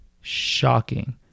Shocking